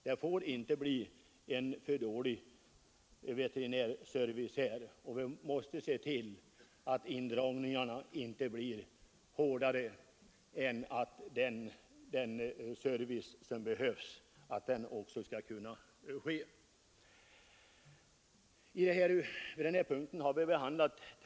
Veterinärservicen får inte bli för dålig, utan vi måste se till att indragningarna inte blir fler än att erforderlig serice kan upprätthållas.